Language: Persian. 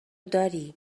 داری